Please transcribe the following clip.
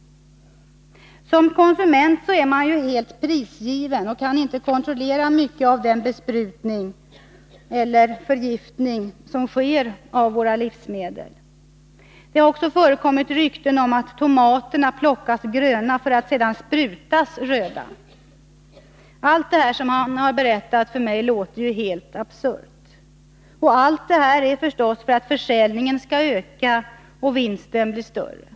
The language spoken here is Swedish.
Som konsument är man ju helt prisgiven och kan inte kontrollera mycket av den besprutning — eller förgiftning — av våra livsmedel som sker. Andra rykten säger att tomaterna plockas gröna för att sedan sprutas röda. Allt det man berättat för mig låter helt absurt, och det sker förstås för att försäljningen skall öka och vinsten bli större. Bl.